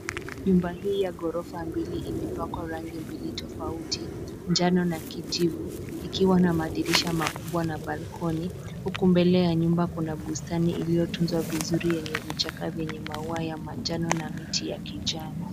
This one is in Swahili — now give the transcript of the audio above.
Nyumba hii ya ghorofa mbili imepakwa rangi mbili tofauti, njano na kijivu, ikiwa na madirisha makubwa na balkoni, huku mbele ya nyumba kuna bustani iliyotunzwa vizuri yenye vichaka yenye maua ya manjano na miti ya kijani.